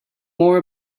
more